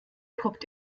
poppt